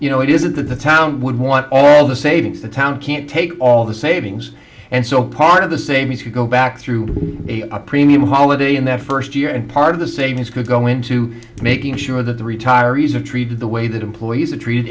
you know it isn't that the town would want all the savings the town can't take all the savings and so part of the same if you go back through a premium holiday in that first year and part of the savings could go into making sure that the retirees are treated the way that employees are treated